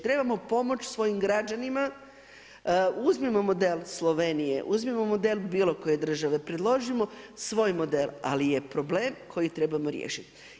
Trebamo pomoći svojim građanima, uzmimo model Slovenije, uzmimo model bilo koje države, predložimo svoj model ali je problem koji trebamo riješiti.